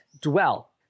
dwell